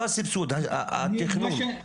לא הסבסוד, התכנון.